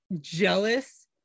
jealous